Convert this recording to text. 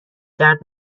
درد